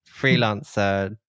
freelancer